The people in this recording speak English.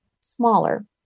smaller